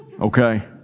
Okay